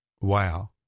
Wow